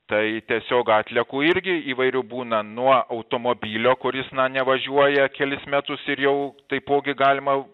tai tiesiog atliekų irgi įvairių būna nuo automobilio kuris na nevažiuoja kelis metus ir jau taipogi galima